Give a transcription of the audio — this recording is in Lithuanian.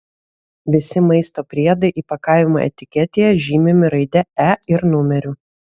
visi maisto priedai įpakavimo etiketėje žymimi raide e ir numeriu